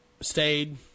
stayed